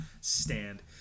stand